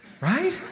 right